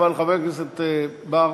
אבל חבר הכנסת בר,